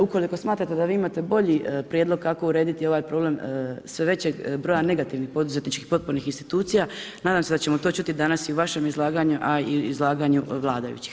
Ukoliko smatrate da vi imate bolji prijedlog kako urediti ovaj problem, sve većeg broja negativnih poduzetničkih potpornih institucija, nadam se da ćemo to čuti danas i u vašem izlaganju, a i u izlaganju vladajućih.